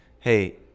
hey